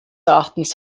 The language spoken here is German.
erachtens